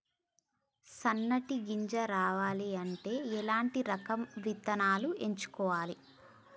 సన్నటి గింజ రావాలి అంటే ఎలాంటి రకం విత్తనాలు ఎంచుకోవాలి?